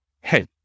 hey